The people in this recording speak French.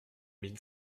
mille